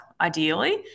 ideally